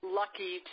lucky